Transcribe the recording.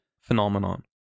phenomenon